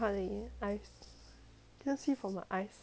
can you see from her eyes